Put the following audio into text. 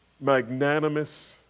magnanimous